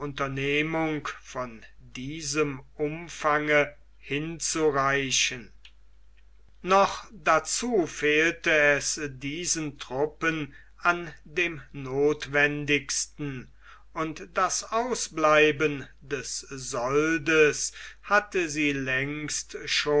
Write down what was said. unternehmung von diesem umfange hinzureichen noch dazu fehlte es diesen truppen an dem notwendigsten und das ausbleiben des soldes hatte sie längst